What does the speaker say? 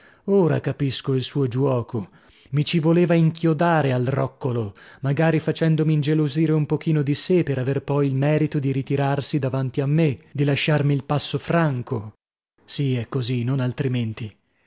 ora capisco il suo giuoco mi ci voleva inchiodare al roccolo magari facendomi ingelosire un pochino di sè per aver poi il merito di ritirarsi davanti a me di lasciarmi il passo franco sì è così non altrimenti